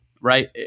right